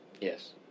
Yes